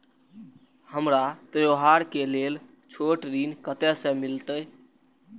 हमरा त्योहार के लेल छोट ऋण कते से मिलते?